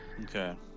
Okay